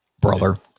brother